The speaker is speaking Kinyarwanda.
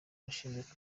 yashinze